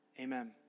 amen